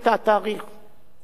ב-13 באפריל